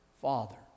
Father